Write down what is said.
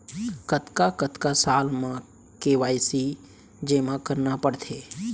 कतका कतका साल म के के.वाई.सी जेमा करना पड़थे?